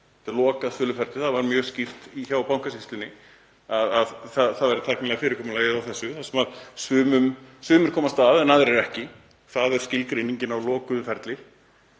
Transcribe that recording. Þetta var lokað söluferli. Það var mjög skýrt hjá Bankasýslunni að það væri tæknilega fyrirkomulagið á þessu, sumir komast að en aðrir ekki. Það er skilgreiningin á lokuðu ferli.